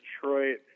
Detroit